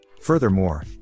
furthermore